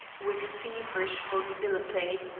with feverish volubility,